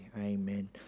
Amen